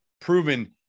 proven